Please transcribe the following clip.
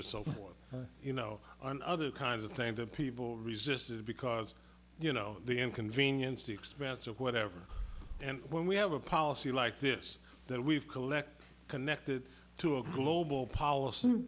so you know other kinds of things that people resist because you know the inconvenience the expense of whatever and when we have a policy like this that we've collected connected to a global policy